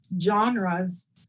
genres